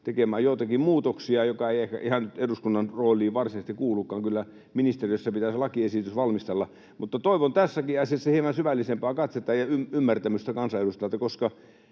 mikä ei ehkä ihan nyt eduskunnan rooliin varsinaisesti kuulukaan. Kyllä ministeriössä pitäisi lakiesitys valmistella. Mutta toivon tässäkin asiassa hieman syvällisempää katsetta ja ymmärtämystä kansanedustajilta,